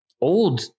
old